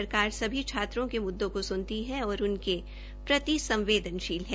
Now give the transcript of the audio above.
सरकार सभी छात्रों के मुद्दों को सुनती है और उनके प्रति संवदेनशील है